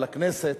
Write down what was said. בכנסת,